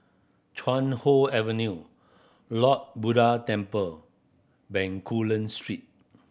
Chuan Hoe Avenue Lord Buddha Temple Bencoolen Street